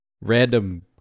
random